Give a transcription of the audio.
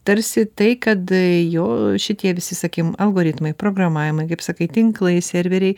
tarsi tai kad jo šitie visi sakykim algoritmai programavimai kaip sakai tinklai serveriai